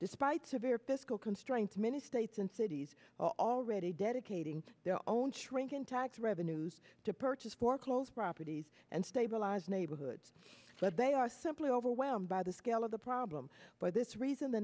despite severe fiscal constraints many states and cities are already dedicating their own shrinking tax revenues to purchase foreclosed properties and stabilize neighborhoods but they are simply overwhelmed by the scale of the problem for this reason the